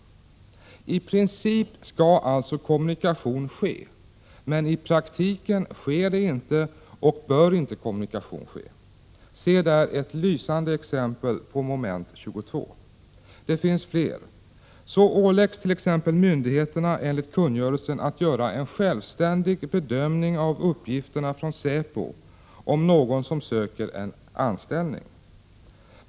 I princip skall alltså kommunikation ske, men i praktiken sker inte och bör inte kommunikation ske. Se där ett lysande exempel på Moment 22! Det finns flera exempel. Enligt kungörelsen åläggs myndigheterna att göra en självständig bedömning av uppgifterna från säpo om någon som söker en anställning.